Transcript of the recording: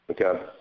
Okay